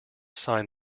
sign